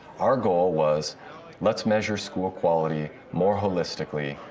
our goal was let's measure school quality, more holistically,